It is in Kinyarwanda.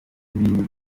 ibintu